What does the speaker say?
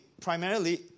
primarily